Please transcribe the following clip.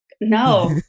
no